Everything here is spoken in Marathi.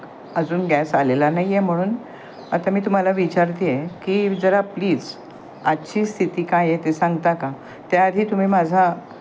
अजून गॅस आलेला नाही नाही आहे म्हणून आता मी तुम्हाला विचारते आहे की जरा प्लीज आजची स्थिती काय आहे ते सांगता का त्याआधी तुम्ही माझा